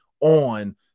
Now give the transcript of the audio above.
on